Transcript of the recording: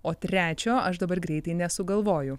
o trečio aš dabar greitai nesugalvoju